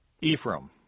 Ephraim